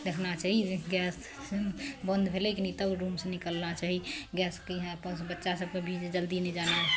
देखना चाही गैस बंद भेलै कि नहि तब रूमसँ निकलना चाही गैसके यहाँ अपन सबके बच्चा सबके भी जल्दी नहि जाना